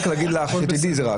הכל בסדר.